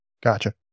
Gotcha